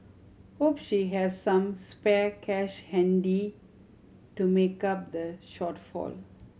hope she has some spare cash handy to make up the shortfall